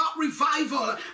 revival